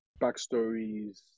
backstories